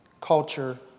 culture